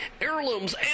heirlooms